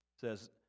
Says